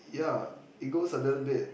ya it goes a little bit